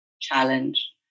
challenge